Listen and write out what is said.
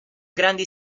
grandi